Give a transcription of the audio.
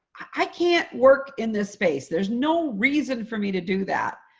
i can't work in this space. there's no reason for me to do that.